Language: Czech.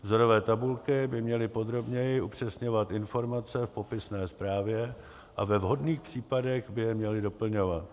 Vzorové tabulky by měly podrobněji upřesňovat informace v popisné zprávě a ve vhodných případech by je měly doplňovat.